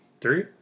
three